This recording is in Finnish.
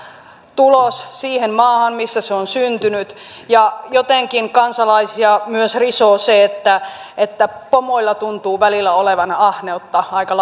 tulos siihen maahan missä se on syntynyt ja jotenkin kansalaisia myös risoo se että että pomoilla tuntuu välillä olevan ahneutta aika